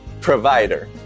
provider